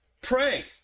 Pray